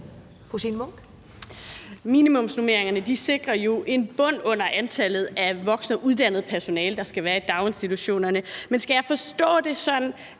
Minimumsnormeringerne sikrer jo en bund under antallet af voksne og uddannet personale, der skal være i daginstitutionerne. Men skal jeg forstå det sådan,